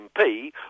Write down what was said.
MP